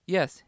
Yes